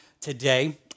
today